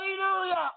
Hallelujah